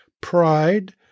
pride